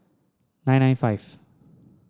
nine nine five